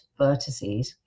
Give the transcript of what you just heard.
vertices